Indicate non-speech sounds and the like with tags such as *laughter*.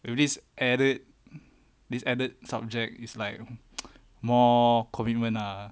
if this added this added subject is like *noise* more commitment ah